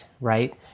right